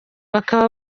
bakaba